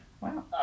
wow